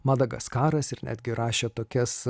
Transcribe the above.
madagaskaras ir netgi rašė tokias